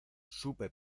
supe